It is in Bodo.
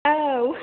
औ